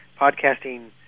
podcasting